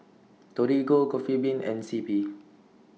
Torigo Coffee Bean and C P